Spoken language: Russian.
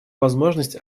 возможность